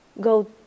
go